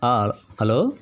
hello